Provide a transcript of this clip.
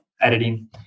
editing